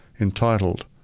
entitled